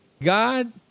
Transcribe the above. God